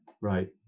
Right